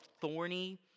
thorny